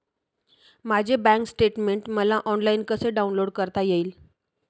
माझे bank statement मला online कसे डाउनलोड करता येईल?